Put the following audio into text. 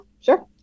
sure